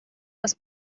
was